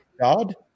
God